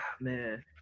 man